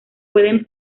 pueden